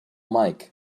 mike